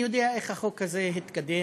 אני יודע איך החוק הזה התקדם